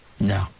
No